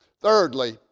Thirdly